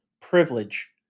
privilege